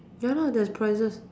ya lor there's prizes